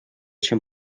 чем